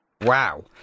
Wow